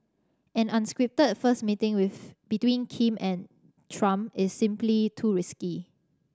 an unscripted first meeting with between Kim and Trump is simply too risky